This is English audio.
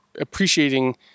appreciating